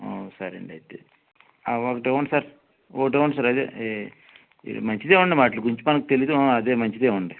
సరేండి అయితే ఒకటి ఇవ్వండి సార్ ఒకటి ఇవ్వండి సార్ అదే ఇది మంచిది ఇవ్వండి వాటిలి గురించి మాకు తెలియదు అదే మంచిది ఇవ్వండి